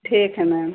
ठीक है मैम